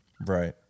Right